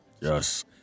yes